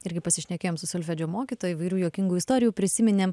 irgi pasišnekėjom su solfedžio mokytoja įvairių juokingų istorijų prisiminėm